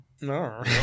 No